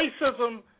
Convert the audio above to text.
racism